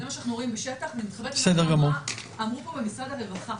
זה מה שאנחנו רואים בשטח --- אמרו פה ממשרד הרווחה